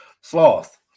Sloth